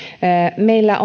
meillä